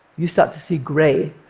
you start to see gray.